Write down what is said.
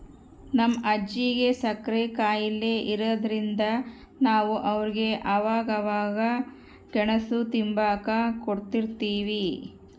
ನಮ್ ಅಜ್ಜಿಗೆ ಸಕ್ರೆ ಖಾಯಿಲೆ ಇರಾದ್ರಿಂದ ನಾವು ಅವ್ರಿಗೆ ಅವಾಗವಾಗ ಗೆಣುಸು ತಿಂಬಾಕ ಕೊಡುತಿರ್ತೀವಿ